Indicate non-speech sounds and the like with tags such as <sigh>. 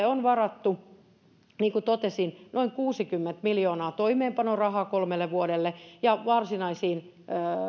<unintelligible> on varattu niin kuin totesin noin kuusikymmentä miljoonaa toimeenpanorahaa kolmelle vuodelle ja varsinaisiin